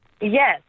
Yes